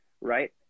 right